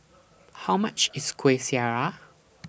How much IS Kueh Syara